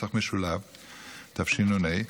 התשנ"ה 1995,